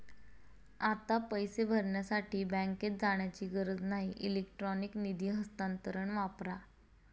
आता पैसे भरण्यासाठी बँकेत जाण्याची गरज नाही इलेक्ट्रॉनिक निधी हस्तांतरण वापरा